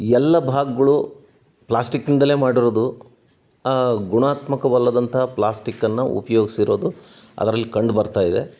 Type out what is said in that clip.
ಎಲ್ಲ ಭಾಗಗಳು ಪ್ಲಾಸ್ಟಿಕ್ನಿಂದಲೇ ಮಾಡಿರೋದು ಗುಣಾತ್ಮಕವಲ್ಲದಂತಹ ಪ್ಲಾಸ್ಟಿಕ್ಕನ್ನು ಉಪಯೋಗ್ಸಿರೋದು ಅದ್ರಲ್ಲಿ ಕಂಡು ಬರ್ತಾ ಇದೆ